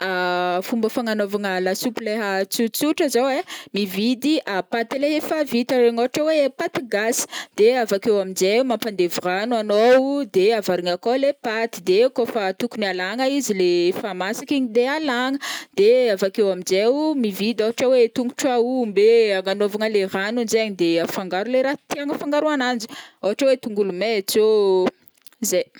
Fomba fagnanova lasopy leha tsotsotra zao ai, mividy paty le efa vita regny ôhatra oe paty gasy, de avakeo amnjai mampandevy rano anô de avarigna akao le paty, de kô fa tokony alagna izy le efa masaky igny de alagna, de avakeo aminjai mividy ôhatra oe tongotra aomby e agnanovagna le rano njaigny de afangaro le ra tianô afangaro ananjy, ôhatra oe tongolo maintso ô, zai.